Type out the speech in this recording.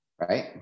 right